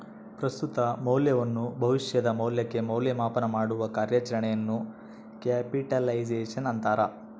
ಪ್ರಸ್ತುತ ಮೌಲ್ಯವನ್ನು ಭವಿಷ್ಯದ ಮೌಲ್ಯಕ್ಕೆ ಮೌಲ್ಯ ಮಾಪನಮಾಡುವ ಕಾರ್ಯಾಚರಣೆಯನ್ನು ಕ್ಯಾಪಿಟಲೈಸೇಶನ್ ಅಂತಾರ